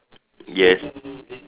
yes